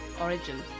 origin